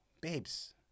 babes